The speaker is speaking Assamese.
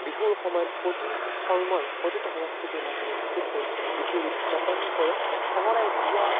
বিহুৰ সময়ত প্ৰতি ধৰ্মৰ প্ৰতিটো সংস্কৃতিৰ মানুহে এক গোট হৈ বিহু উদযাপন কৰে সঘনাই বিয়া